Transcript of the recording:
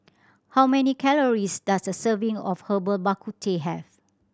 how many calories does a serving of Herbal Bak Ku Teh have